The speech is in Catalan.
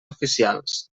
oficials